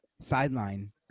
sideline